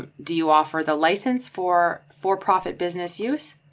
ah do you offer the license for for profit business use?